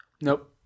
Nope